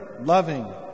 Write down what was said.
loving